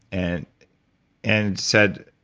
and and said,